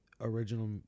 original